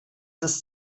ist